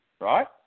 right